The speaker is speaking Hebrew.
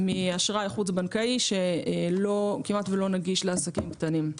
מאשראי חוץ בנקאי שכמעט לא נגיש לעסקים קטנים.